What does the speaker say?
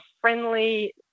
friendly